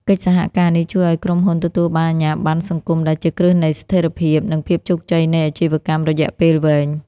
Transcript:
កិច្ចសហការនេះជួយឱ្យក្រុមហ៊ុនទទួលបានអាជ្ញាប័ណ្ណសង្គម ដែលជាគ្រឹះនៃស្ថិរភាព និងភាពជោគជ័យនៃអាជីវកម្មរយៈពេលវែង។